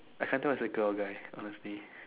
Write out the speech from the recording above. I can't tell it's a girl or guy honestly